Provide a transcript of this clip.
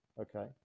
okay